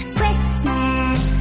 Christmas